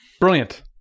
Brilliant